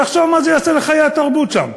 תחשוב מה זה יעשה לחיי התרבות שם.